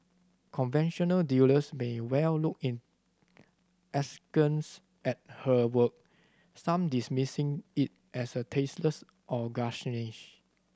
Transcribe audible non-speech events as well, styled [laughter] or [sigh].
conventional dealers may well look in askance at her work some dismissing it as a tasteless or [unintelligible]